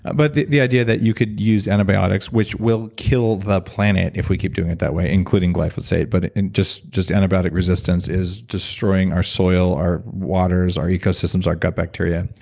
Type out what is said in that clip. but the the idea that you could use antibiotics, which will kill the planet if we keep doing it that way, including glyphosate, but and just just antibiotic resistance is destroying our soil, our waters, our ecosystems, our gut bacteria.